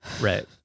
Right